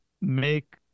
make